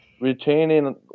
retaining